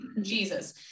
jesus